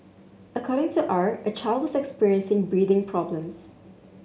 according to R a child was experiencing breathing problems